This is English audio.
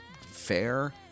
Fair